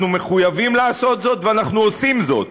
אנחנו מחויבים לעשות זאת ואנחנו עושים זאת.